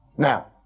Now